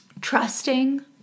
Trusting